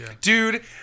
dude